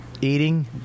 eating